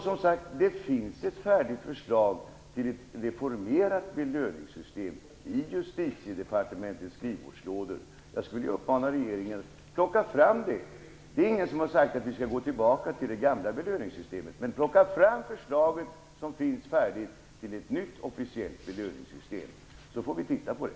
Som sagt, det finns ett färdigt förslag till ett reformerat belöningssystem i Justitiedepartementets skrivbordslådor. Jag vill uppmana regeringen att plocka fram det förslaget. Det är ingen som har sagt att vi skall gå tillbaka till det gamla belöningssystemet. Men plocka fram det färdiga förslaget till ett nytt officiellt belöningssystem, så får vi titta på det!